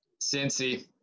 Cincy